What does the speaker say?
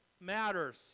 matters